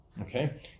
Okay